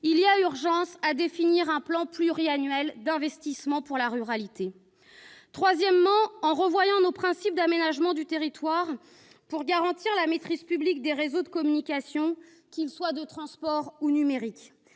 sociale, et à définir un plan pluriannuel d'investissements pour la ruralité. Troisièmement, il faut revoir nos principes d'aménagement du territoire pour garantir la maîtrise publique des réseaux de communication, qu'ils soient de transports ou numériques.